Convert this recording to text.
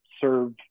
serve